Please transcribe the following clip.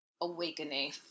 awakening